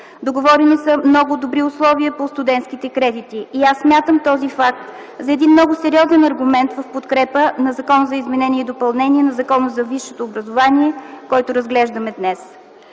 Договорени са много добри условия по студентските кредити и аз смятам този факт за много сериозен аргумент в подкрепа на Законопроекта за изменение и допълнение на Закона за висшето образование, който разглеждаме днес.